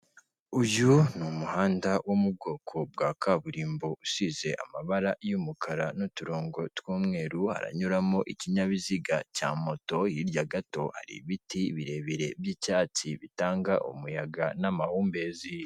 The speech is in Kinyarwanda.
Uyu ni umuhanda wo mu bwoko bwa kaburimbo usize amabara y'umukara n'uturongo tw'umweru, haranyuramo ikinyabiziga cya moto. Hirya gato hari ibiti birebire by'icyatsi bitanga umuyaga n'amahumbezi.